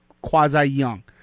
quasi-young